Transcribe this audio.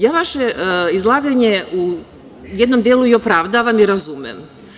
Ja vaše izlaganje u jednom delu i opravdavam i razumem.